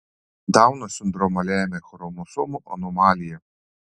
dauno sindromą lemia chromosomų anomalija